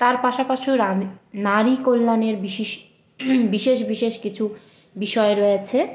তার পাশাপাশি রানি নারী কল্যাণের বিশিষ বিশেষ বিশেষ কিছু বিষয় রয়েছে